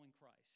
Christ